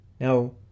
Now